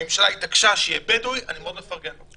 הממשלה התעקשה שיהיה בדואי ואני מאוד מפרגן.